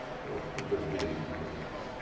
so it was a little bit of get even here, you know.